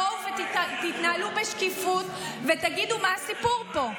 בואו ותתנהלו בשקיפות ותגידו מה הסיפור פה.